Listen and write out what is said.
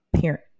parent